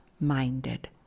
minded